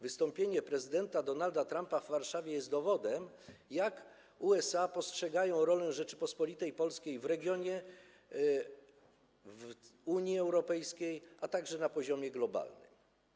Wystąpienie prezydenta Donalda Trumpa w Warszawie jest dowodem, jak USA postrzegają rolę Rzeczypospolitej Polskiej w regionie, w Unii Europejskiej, a także na poziomie globalnym.